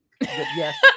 Yes